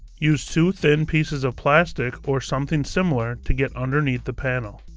use two thin pieces of plastic or something similar to get underneath the panel.